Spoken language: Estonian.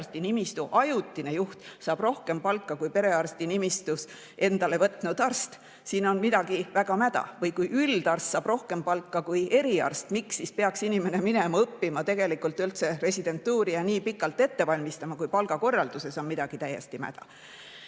perearsti nimistu ajutine juht saab rohkem palka kui perearsti nimistu endale võtnud arst. Siin on midagi väga mäda. Või kui üldarst saab rohkem palka kui eriarst. Miks peaks inimene üldse minema residentuuri õppima ja nii pikalt ette valmistama, kui palgakorralduses on midagi täiesti mäda?